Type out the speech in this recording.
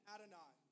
Adonai